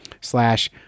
slash